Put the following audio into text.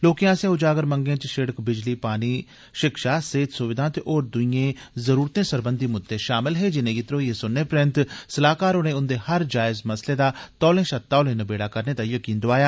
लोकें आस्सेआ उजागर मंगें च सड़क बिजली पानी शिक्षा सेहत सुविधा ते होर दुईए जरूरते सरबंधी मुद्दे शामल हे जिनेंगी धरोइए सुनने परैंत सलाह्कार होरें उन्दे हर जायज मसले दा तौले शा तौले हल कड्ढने दा यकीन दोआया